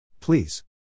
Please